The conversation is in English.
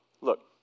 look